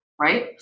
right